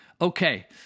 Okay